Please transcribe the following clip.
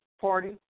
Party